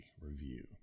review